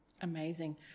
amazing